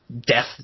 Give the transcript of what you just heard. death